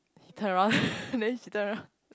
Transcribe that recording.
he turn around then she turn around